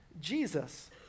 Jesus